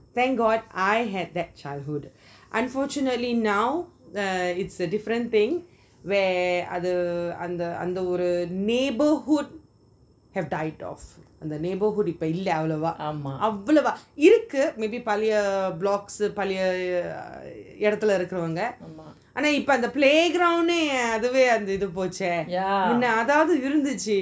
thank god I had that childhood unfortunately now uh it's a different thing where அது அந்த அந்த ஒரு:athu antha antha oru neighbourhood have died off the neighbourhood இப்போ இல்ல அவ்ளோவா அவ்ளோவா இருக்கு:ipo illa avlova avlova iruku maybe பழைய:palaya blocks பழைய எடத்துல இருக்குறவங்க அனா இப்போ:palaya eadathula irukuravanga ana ipo playground அதுவேய அந்த இதுவேய போச்செய் முன்ன அது ஆச்சி இருந்துச்சி:athuvey antha ithuvey pochey munna athu aachi irunthuchi